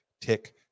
tick